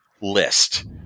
list